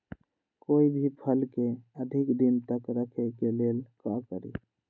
कोई भी फल के अधिक दिन तक रखे के ले ल का करी?